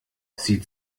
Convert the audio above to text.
sieht